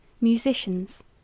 musicians